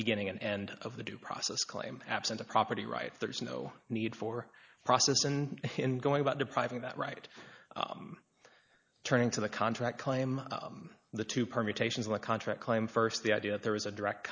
beginning and end of the due process claim absent of property rights there is no need for process and in going about depriving that right turning to the contract claim the two permutations of the contract claim st the idea that there is a direct